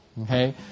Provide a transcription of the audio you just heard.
Okay